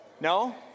No